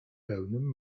pełnym